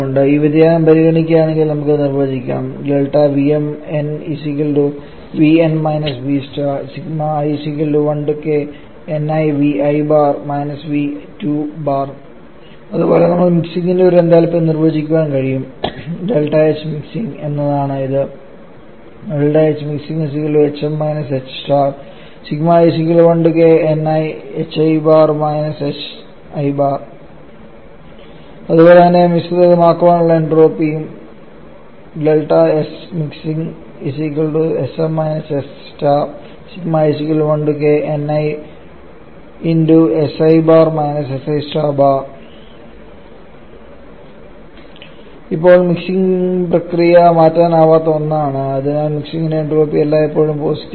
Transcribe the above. ഈ വ്യതിയാനം പരിഗണിക്കുകയാണെങ്കിൽ നമുക്ക് നിർവചിക്കാം അതുപോലെ നമുക്ക് മിക്സിംഗിന്റെ ഒരു എന്തൽപി നിർവചിക്കാൻ കഴിയും ΔHmixing എന്നത് ഇതാണ് അതുപോലെ തന്നെ മിശ്രിതമാക്കുന്നതിനുള്ള എൻട്രോപ്പിയും ഇപ്പോൾ മിക്സിംഗ് പ്രക്രിയ മാറ്റാനാവാത്ത ഒന്നാണ് അതിനാൽ മിക്സിംഗിന്റെ എൻട്രോപ്പി എല്ലായ്പ്പോഴും പോസിറ്റീവ് ആണ്